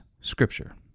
Scripture